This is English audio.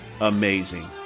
amazing